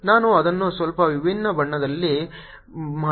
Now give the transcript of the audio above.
ನಾನು ಅದನ್ನು ಸ್ವಲ್ಪ ವಿಭಿನ್ನ ಬಣ್ಣದಲ್ಲಿ ಮಾಡೋಣ